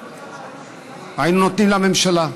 היינו נותנים לממשלה.